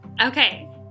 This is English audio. Okay